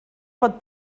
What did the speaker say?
pot